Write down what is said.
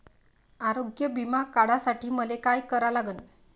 आरोग्य बिमा काढासाठी मले काय करा लागन?